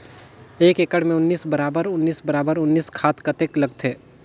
एक एकड़ मे उन्नीस बराबर उन्नीस बराबर उन्नीस खाद कतेक लगथे?